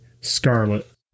Scarlet